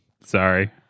Sorry